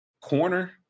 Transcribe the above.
corner